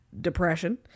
depression